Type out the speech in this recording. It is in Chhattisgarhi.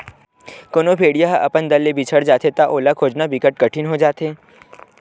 कोनो भेड़िया ह अपन दल ले बिछड़ जाथे त ओला खोजना बिकट कठिन हो जाथे